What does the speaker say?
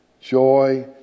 Joy